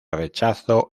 rechazo